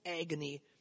agony